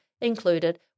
included